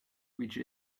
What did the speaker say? which